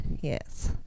Yes